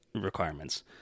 requirements